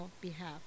behalf